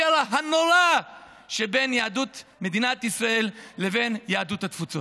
הקרע הנורא שבין יהדות מדינת ישראל לבין יהדות התפוצות.